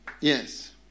Yes